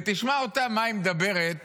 ותשמע אותה, מה היא אומרת